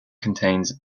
contains